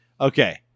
Okay